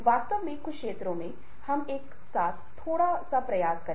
और यह व्यक्ति की विश्वसनीयता व्यक्ति की अखंडता वह क्या कहता है और क्या करता है को बढ़ाता है